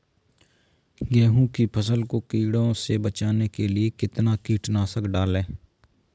गेहूँ की फसल को कीड़ों से बचाने के लिए कितना कीटनाशक डालें?